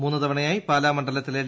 മൂന്നു തവണയായി പാലാ മണ്ഡലത്തിൽ എൽ